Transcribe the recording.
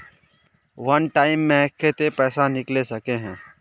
वन time मैं केते पैसा निकले सके है?